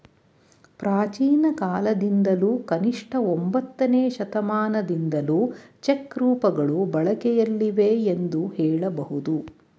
ಪ್ರಾಚೀನಕಾಲದಿಂದಲೂ ಕನಿಷ್ಠ ಒಂಬತ್ತನೇ ಶತಮಾನದಿಂದಲೂ ಚೆಕ್ ರೂಪಗಳು ಬಳಕೆಯಲ್ಲಿವೆ ಎಂದು ಹೇಳಬಹುದು